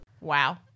Wow